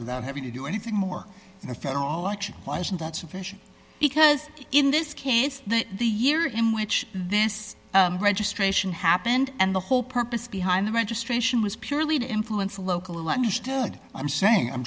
without having to do anything more than a federal election why isn't that sufficient because in this case the year in which this registration happened and the whole purpose behind the registration was purely to influence local understood i'm saying i'm